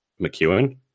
mcewen